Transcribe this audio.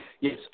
Yes